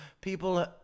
people